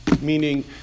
Meaning